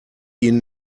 ihnen